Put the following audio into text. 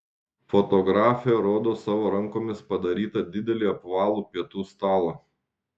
fotografė rodo savo rankomis padarytą didelį apvalų pietų stalą